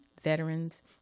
veterans